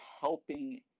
helping